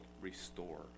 restore